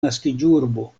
naskiĝurbo